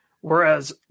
Whereas